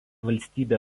valstybė